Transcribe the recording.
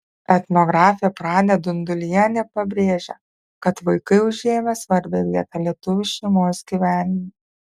etnografė pranė dundulienė pabrėžia kad vaikai užėmė svarbią vietą lietuvių šeimos gyvenime